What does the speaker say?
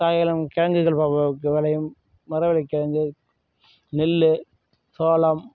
சாயங்காலம் கிழங்குகள் விளையும் மரவள்ளிக் கிழங்கு நெல் சோளம்